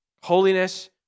Holiness